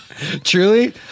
Truly